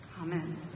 Amen